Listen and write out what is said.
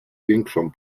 większą